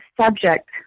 subject